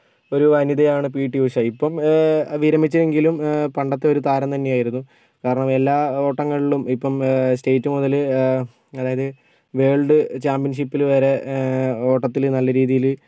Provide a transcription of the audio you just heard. ഒരു വനിതയാണ് P T Usha ഇപ്പോൾ വിരമിച്ചെങ്കിലും പണ്ടത്തെ ഒരു താരം തന്നെ ആയിരുന്നു കാരണം എല്ലാ ഓട്ടങ്ങളിലും ഇപ്പോൾ സ്റ്റേറ്റ് മുതൽ അതായത് വേൾഡ് ചാമ്പ്യൻഷിപ്പിൽ വരെ ഓട്ടത്തിൽ നല്ല രീതിയിൽ